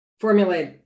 formulate